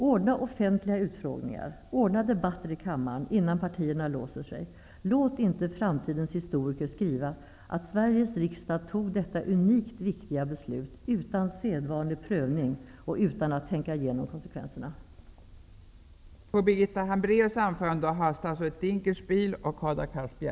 Ordna offentliga utfrågningar! Ordna debatter i kammaren innan partierna låser sig! Låt inte framtidens historiker skriva att Sveriges riksdag tog detta unikt viktiga beslut utan sedvanlig prövning och utan att tänka igenom konsekvenserna! EG/EES-förhandlingarna. Jag vidhåller att det har förekommit samråd i de här frågorna som, såvitt jag vet, även i enskildheter går längre än i någon annan förhandling.